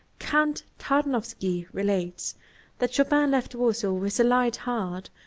count tarnowski relates that chopin left warsaw with a light heart,